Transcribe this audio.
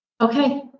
Okay